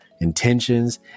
intentions